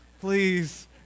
please